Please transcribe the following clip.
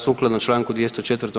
Sukladno čl. 204.